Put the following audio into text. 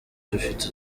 dufite